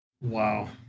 Wow